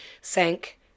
Sank